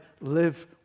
live